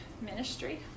ministry